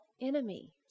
enemy